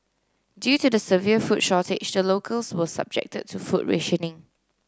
due to the severe food shortage the locals were subjected to food rationing